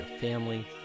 family